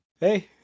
Hey